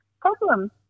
problem